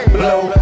blow